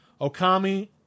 Okami